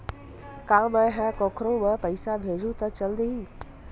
का मै ह कोखरो म पईसा भेजहु त चल देही?